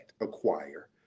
acquire